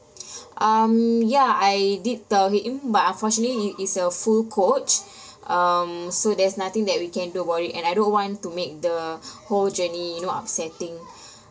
um ya I did tell him but unfortunately it is a full coach um so there's nothing that we can do about it and I don't want to make the whole journey you know upsetting